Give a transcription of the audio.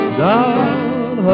down